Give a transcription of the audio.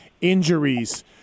injuries